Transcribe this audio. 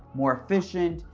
more efficient,